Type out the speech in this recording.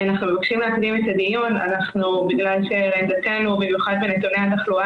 אנחנו מבקשים להקדים את הדיון בגלל שבמיוחד בנתוני התחלואה